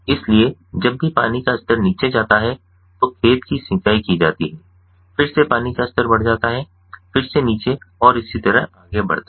इसलिए जब भी पानी का स्तर नीचे जाता है तो खेत की सिंचाई की जाती है फिर से पानी का स्तर बढ़ जाता है फिर से नीचे और इसी तरह आगे बढ़ता है